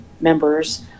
members